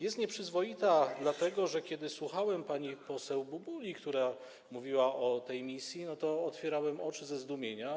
Jest nieprzyzwoita dlatego, że kiedy słuchałem pani poseł Bubuli, która mówiła o tej misji, to otwierałem oczy ze zdumienia.